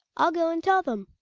i'll go and tell them.